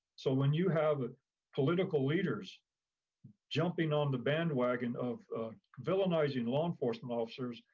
so when you have ah political leaders jumping on the bandwagon of villainizing law enforcement officers,